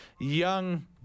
young